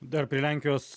dar prie lenkijos